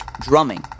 drumming